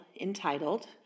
entitled